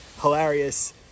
hilarious